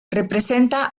representa